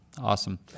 awesome